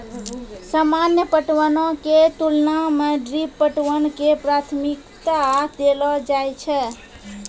सामान्य पटवनो के तुलना मे ड्रिप पटवन के प्राथमिकता देलो जाय छै